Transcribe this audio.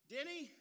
Denny